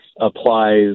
applies